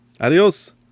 Adios